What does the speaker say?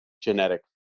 genetic